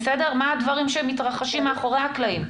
מה הדברים שמתרחשים מאחורי הקלעים.